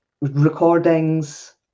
recordings